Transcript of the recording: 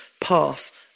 path